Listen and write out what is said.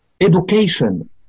education